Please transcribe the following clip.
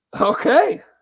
Okay